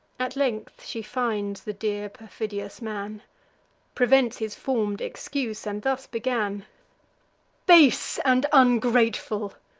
at length she finds the dear perfidious man prevents his form'd excuse, and thus began base and ungrateful!